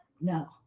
no